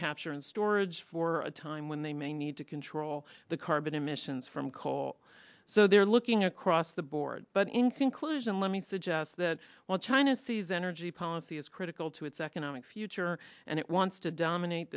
capture and storage for a time when they may need to control the carbon emissions from coal so they're looking across the board but in conclusion let me suggest that while china sees energy policy as critical to its economic future and it wants to dominate